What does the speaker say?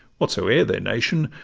whatsoe'er their nation,